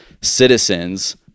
citizens